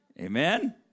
Amen